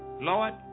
Lord